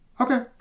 Okay